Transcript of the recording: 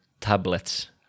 tablets